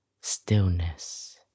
Stillness